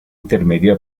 intermedio